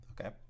Okay